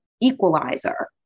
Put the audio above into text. equalizer